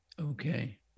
Okay